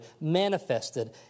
manifested